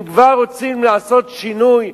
אם כבר רוצים לעשות שינוי,